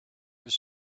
was